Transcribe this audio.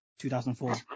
2004